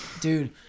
Dude